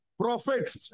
prophets